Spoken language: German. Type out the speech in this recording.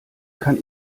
kann